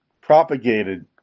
propagated